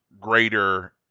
greater